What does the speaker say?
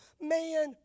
man